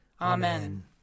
Amen